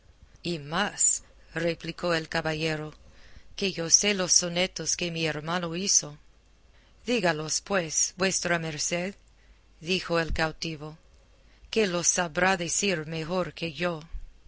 y más replicó el caballero que yo sé los sonetos que mi hermano hizo dígalos pues vuestra merced dijo el cautivo que los sabrá decir mejor que yo